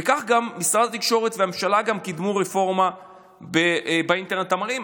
וכך גם משרד התקשורת והממשלה קידמו רפורמה באינטרנט המהיר.